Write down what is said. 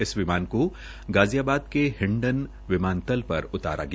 इस विमान को गाजियाबाद के हिंडल विमानतल पर उतारा गया